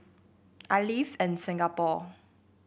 I live in Singapore